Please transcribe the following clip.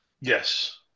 Yes